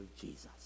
Jesus